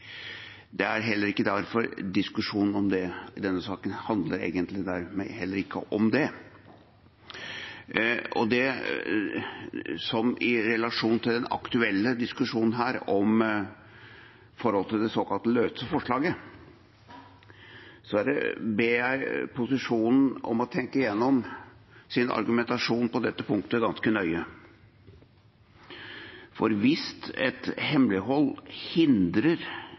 Diskusjonen i denne saken handler egentlig dermed ikke om det. I relasjon til den aktuelle diskusjonen her, om forholdet til det såkalte løse forslaget, ber jeg posisjonen om å tenke gjennom sin argumentasjon på dette punktet ganske nøye. Hvis et hemmelighold hindrer